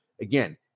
again